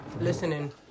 listening